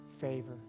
favor